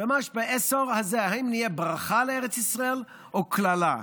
ממש בעשור הזה אם נהיה ברכה לארץ ישראל או קללה,